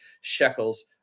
shekels